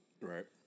Right